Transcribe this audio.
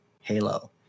Halo